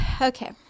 Okay